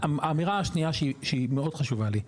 והאמירה השנייה שהיא מאוד חשוב לי,